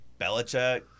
Belichick